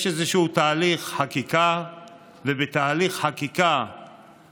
יש איזשהו תהליך חקיקה ובתהליך חקיקה